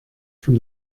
from